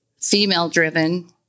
female-driven